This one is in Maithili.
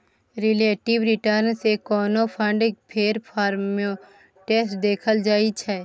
रिलेटिब रिटर्न सँ कोनो फंड केर परफॉर्मेस देखल जाइ छै